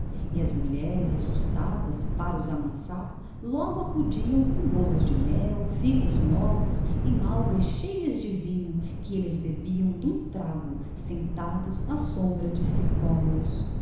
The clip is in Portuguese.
as mulheres assustadas para os amansar logo acudiam com bolos de mel figos novos e malgas cheias de vinho que eles bebiam de um trago sentados à sombra dos sicômoros